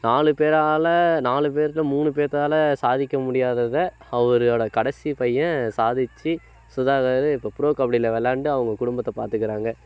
நாலு பேரால் நாலு பேரில் மூணு பேத்தால சாதிக்க முடியாததை அவரோட கடைசி பையன் சாதித்து சுதாகர் இப்போ ப்ரோ கபடியில் விளாண்டு அவங்க குடும்பத்தை பாத்துக்கிறாங்க